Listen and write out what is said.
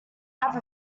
have